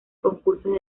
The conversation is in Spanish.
concursos